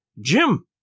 Jim